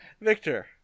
Victor